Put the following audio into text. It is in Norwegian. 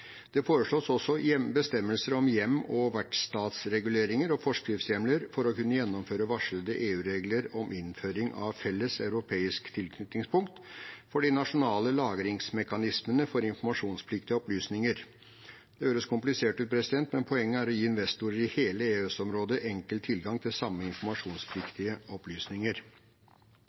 Det foreslås også bestemmelser om hjem- og vertsstatsreguleringer og forskriftshjemler for å kunne gjennomføre varslede EU-regler om innføring av felles europeiske tilknytningspunkt for de nasjonale lagringsmekanismene for informasjonspliktige opplysninger. Det høres komplisert ut, men poenget er å gi investorer i hele EØS-området enkel tilgang til samme informasjonspliktige opplysninger.